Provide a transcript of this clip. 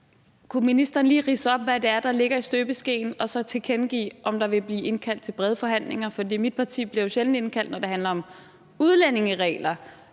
Kunne ministeren lige ridse op, hvad det er, der ligger i støbeskeen, og så tilkendegive, om der vil blive indkaldt til brede forhandlinger? For mit parti bliver jo sjældent indkaldt, når det handler om udlændingeregler.